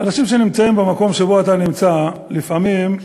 אנשים שנמצאים במקום שבו אתה נמצא יכולים, לפעמים,